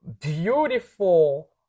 beautiful